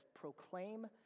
proclaim